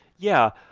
yeah.